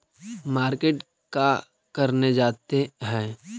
Market का करने जाते हैं?